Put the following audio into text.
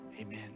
amen